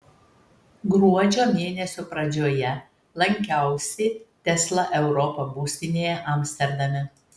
gruodžio mėnesio pradžioje lankiausi tesla europa būstinėje amsterdame